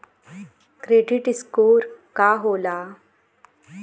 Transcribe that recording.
Credit score का होला?